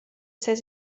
says